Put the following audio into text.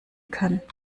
kann